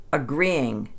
agreeing